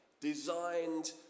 designed